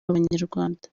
abanyarwanda